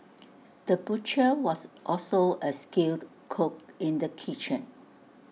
the butcher was also A skilled cook in the kitchen